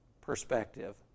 perspective